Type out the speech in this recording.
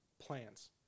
plans